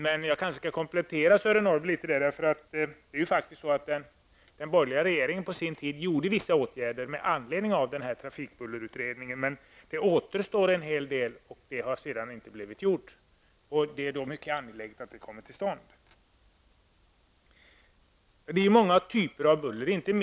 Men jag kanske skall komplettera Sören Norrbys uppgifter litet: Den borgerliga regeringen vidtog på sin tid vissa åtgärder med anledning av trafikbullerutredningen, men en hel del återstod att göra, och det har sedan inte blivit gjort. Det är mycket angeläget att det kommer till stånd. Det är många olika typer av buller som det är fråga om.